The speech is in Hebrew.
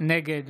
נגד